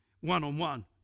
one-on-one